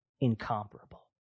incomparable